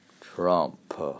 Trump